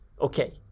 okay